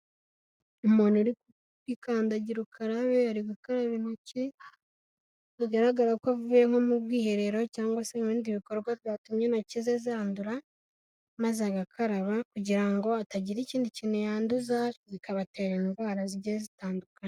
Umuntu uri kuri kandagira ukararabe, ari gukaraba intoki bigaragara ko avuye nko mu bwiherero cyangwa se ibindi bikorwa byatumamye intoki ze zandura, maze agakaraba kugira ngo hatagira ikindi kintu yanduza, zikabatera indwara zigiye zitandukanye.